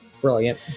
brilliant